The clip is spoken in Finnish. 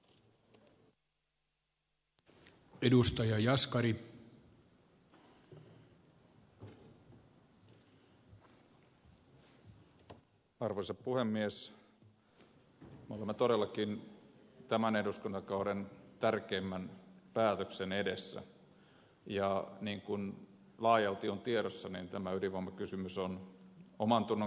me olemme todellakin tämän eduskuntakauden tärkeimmän päätöksen edessä ja niin kuin laajalti on tiedossa tämä ydinvoimakysymys on omantunnon kysymys